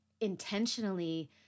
intentionally